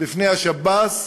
בפני השב"ס